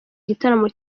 gitaramo